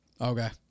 Okay